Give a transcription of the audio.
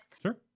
Sure